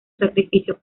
sacrificio